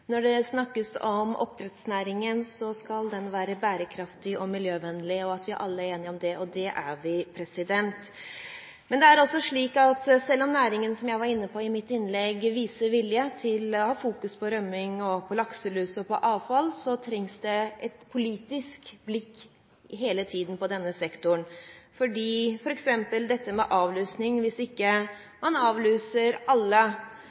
Det snakkes om at oppdrettsnæringen skal være bærekraftig og miljøvennlig, og at vi alle er enige om det – og det er vi. Men som jeg var inne på i mitt innlegg, er det slik at selv om næringen viser vilje til å ha fokus på rømming, på lakselus og på avfall, så trengs det et politisk blikk hele tiden på denne sektoren, f.eks. på dette med avlusning – hvis man ikke avluser alle